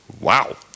Wow